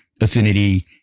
affinity